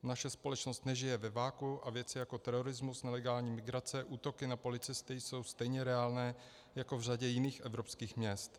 Naše společnost nežije ve vakuu a věci jako terorismus, nelegální migrace, útoky na policisty jsou stejně reálné jako v řadě jiných evropských měst.